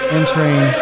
entering